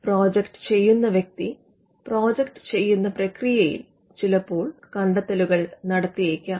project ചെയ്യുന്ന വ്യക്തി project ചെയ്യുന്ന പ്രക്രിയയിൽ ചിലപ്പോൾ കണ്ടെത്തലുകൾ നടത്തിയേക്കാം